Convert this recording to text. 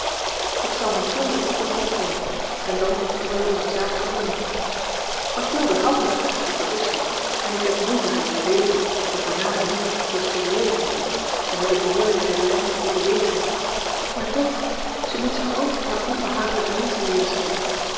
ik zal mathilde in het komplot nemen en dan hebben wij onze zaak gewonnen mathilde houdt niet van haar dat is zoo en ik heb moeite haar te bewegen de voorname a l g bosboom-toussaint langs een omweg nicht au sérieux te nemen en met de behoorlijke reverentie te bejegenen maar toch zij moet zich ook naar onbehaaglijke menschen leeren schikken